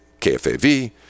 KFAV